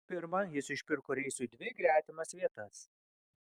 pirma jis išpirko reisui dvi gretimas vietas